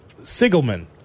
Sigelman